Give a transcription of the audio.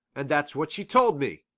and that's what she told me.